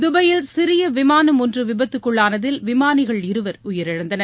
தபாயில் சிறிய விமானம் ஒன்று விபத்துக்குள்ளானதில் விமானிகள் இருவர் உயிரிழந்தனர்